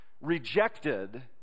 rejected